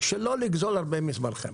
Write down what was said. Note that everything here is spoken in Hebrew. שלא לגזול הרבה מזמנכם.